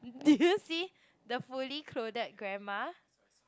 did you see the fully clothed grandma